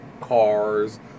cars